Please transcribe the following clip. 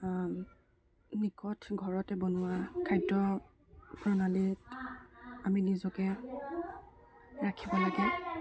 নিকট ঘৰতে বনোৱা খাদ্য প্ৰণালীত আমি নিজকে ৰাখিব লাগে